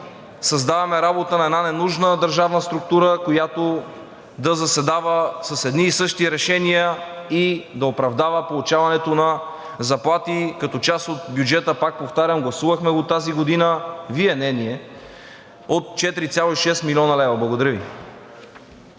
създаваме работа на една ненужна държавна структура, която да заседава с едни и същи решения и да оправдава получаването на заплати, като част от бюджета, пак повтарям, гласувахме го тази година – Вие, не ние, от 4,6 млн. лв. Благодаря Ви.